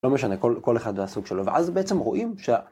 ‫לא משנה, כל אחד והסוג שלו. ‫ואז בעצם רואים שה...